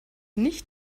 nicht